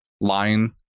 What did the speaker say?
line